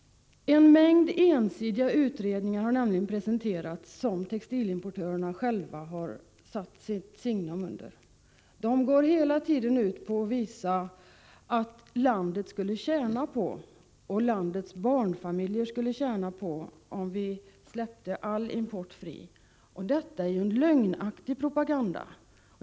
Det har nämligen presenterats en mängd ensidiga utredningar, som textilimportörerna själva har satt sitt signum på. Dessa utredningar går hela tiden ut på att visa att landet och dess barnfamiljer skulle tjäna på att vi släppte all tekoimport fri. Men detta är en lögnaktig propaganda.